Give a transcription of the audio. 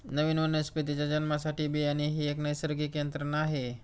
नवीन वनस्पतीच्या जन्मासाठी बियाणे ही एक नैसर्गिक यंत्रणा आहे